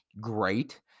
great